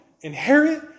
inherit